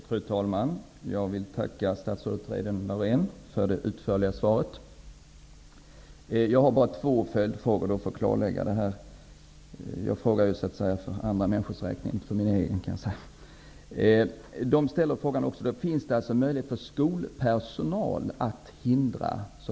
Fru talman! Jag tackar statsrådet Reidunn Laurén för det utförliga svaret. Jag har dock två följfrågor för att få ett klarläggande. Jag frågar för andra människors räkning och inte för min egen.